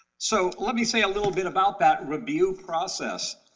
so let me say a little bit about that review process.